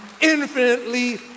infinitely